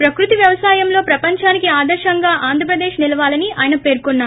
ప్రకృతి వ్యవసాయంలో ప్రపంచానికి ఆదర్తంగా ఆంద్ర ప్రదేశ్ నిలవాలని ఆయన పేర్కొన్నారు